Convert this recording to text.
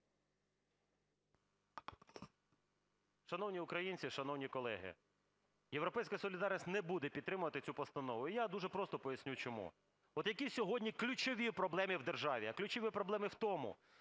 Шановні українці, шановні колеги! "Європейська солідарність" не буде підтримувати цю постанову. Я дуже просто поясню чому. От які сьогодні ключові проблеми в державі? А ключові проблеми в тому,